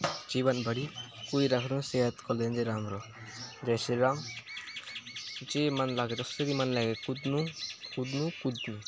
जीवनभरि कुदिराख्नु सेहतको लागि राम्रो हो जय श्रीराम जे मन लागे जसरी मन लाग्यो कुद्नु कुद्नु कुद्नु